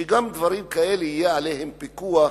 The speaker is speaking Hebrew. שגם דברים כאלה יהיה עליהם פיקוח,